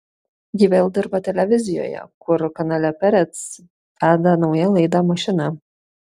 ji vėl dirba televizijoje kur kanale perec veda naują laidą mašina